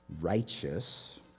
righteous